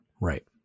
Right